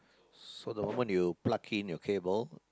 so the moment you plug in your cable